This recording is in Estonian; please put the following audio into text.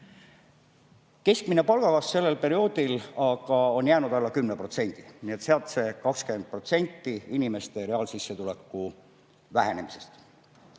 Keskmine palgakasv sellel perioodil aga on jäänud alla 10%, nii et sealt see 20% inimeste reaalsissetuleku vähenemist. Eesti